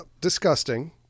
disgusting